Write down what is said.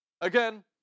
Again